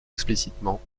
explicitement